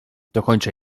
dokończę